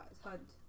Hunt